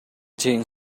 чейин